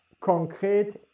concrete